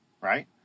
right